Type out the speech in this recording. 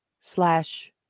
slash